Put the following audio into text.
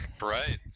Right